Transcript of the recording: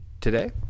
Today